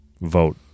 vote